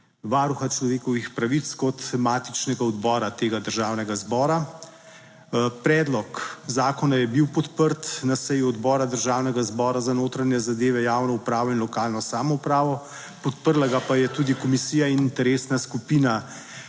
Varuha človekovih pravic kot matičnega odbora tega Državnega zbora. Predlog zakona je bil podprt na seji Odbora Državnega zbora za notranje zadeve, javno upravo in lokalno samoupravo, podprla ga pa je tudi komisija in interesna skupina